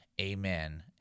amen